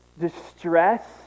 distress